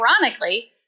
ironically